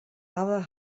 other